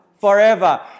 Forever